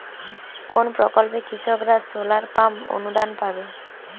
কোন প্রকল্পে কৃষকরা সোলার পাম্প অনুদান পাবে?